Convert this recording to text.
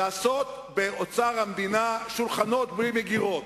לעשות באוצר המדינה שולחנות בלי מגירות.